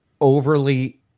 overly